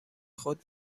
خود